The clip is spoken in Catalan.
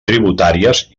tributàries